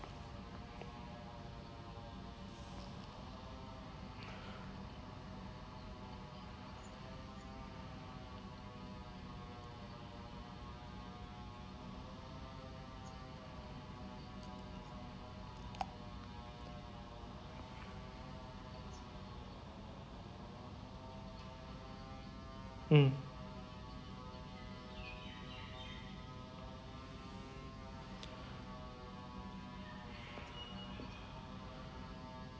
mm